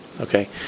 Okay